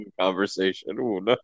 conversation